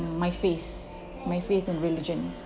my faith my faith and religion